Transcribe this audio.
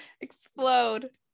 explode